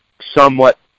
somewhat